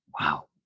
Wow